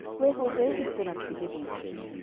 wherefore david said unto the gibeonites,